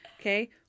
Okay